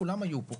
כולם היו פה.